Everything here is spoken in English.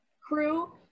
crew